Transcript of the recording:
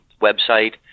website